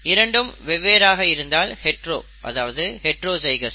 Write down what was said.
இரண்டும் வெவ்வேறாக இருந்தால் ஹைட்ரோ அதாவது ஹைட்ரோஜைகௌஸ்